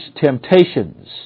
temptations